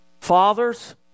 Fathers